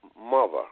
mother